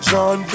John